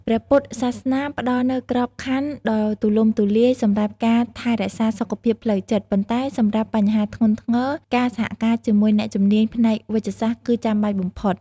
ព្រះពុទ្ធសាសនាផ្ដល់នូវក្របខ័ណ្ឌដ៏ទូលំទូលាយសម្រាប់ការថែរក្សាសុខភាពផ្លូវចិត្ត ប៉ុន្តែសម្រាប់បញ្ហាធ្ងន់ធ្ងរ ការសហការជាមួយអ្នកជំនាញផ្នែកវេជ្ជសាស្ត្រគឺចាំបាច់បំផុត។